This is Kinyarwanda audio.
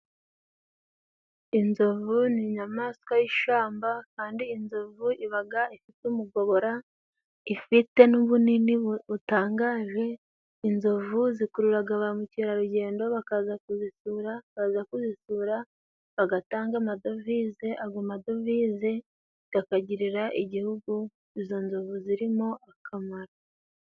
Inzovu ni inyamaswa y'ishamba kandi inzovu ibaga ifite umugara, ifite n'ubunini butangaje. Inzovu zikururaga ba mukerarugendo bakaza kuzisura, baza kuzisura bagatanga amadovize ago madovize gakagirira igihugu izo nzovu zirimo akamararo.